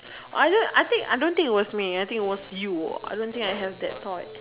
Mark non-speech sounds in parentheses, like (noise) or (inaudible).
I don't I think I don't think it was me I think was you (noise) I don't think I have that thought